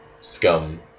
Scum